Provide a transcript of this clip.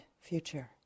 future